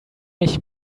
ich